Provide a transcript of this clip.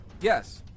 Yes